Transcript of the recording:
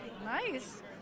Nice